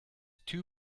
two